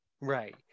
right